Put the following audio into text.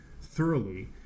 thoroughly